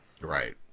Right